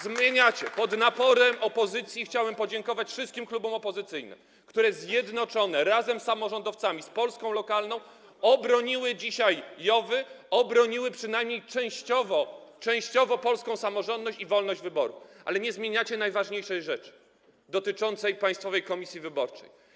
Zmieniacie projekt pod naporem opozycji - chciałbym podziękować wszystkim klubom opozycyjnym, które zjednoczone z samorządowcami, z Polską lokalną obroniły dzisiaj JOW-y, obroniły przynajmniej częściowo polską samorządność i wolność wyboru - ale nie zmieniacie najważniejszej rzeczy dotyczącej Państwowej Komisji Wyborczej.